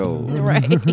Right